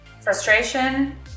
frustration